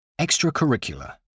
extracurricular